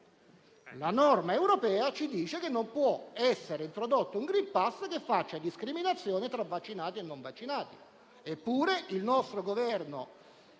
la norma europea non può essere introdotto un *green pass* che faccia discriminazione tra vaccinati e non vaccinati,